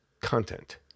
content